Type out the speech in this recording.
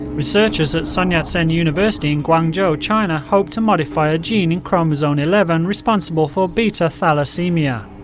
researchers at sun yat-sen university in guangzhou, china, hope to modify a gene in chromosome eleven responsible for beta thalassaemia,